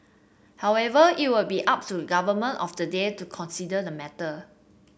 however it will be up to government of the day to consider the matter